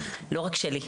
לא רק שלי,